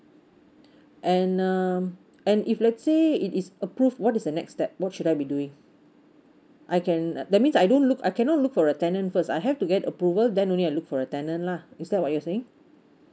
and um and if let's say it is approve what is the next step what should I be doing I can uh that means I don't look I cannot look for a tenant first I have to get approval then only I look for a tenant lah is that what you're saying